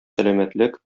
сәламәтлек